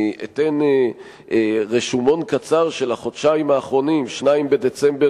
אני אתן רשימה קצרה מהחודשיים האחרונים: 2 בדצמבר,